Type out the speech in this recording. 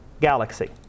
galaxy